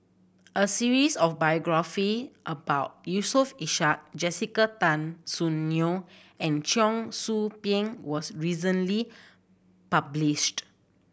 a series of biography about Yusof Ishak Jessica Tan Soon Neo and Cheong Soo Pieng was recently published